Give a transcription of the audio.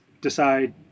decide